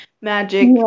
magic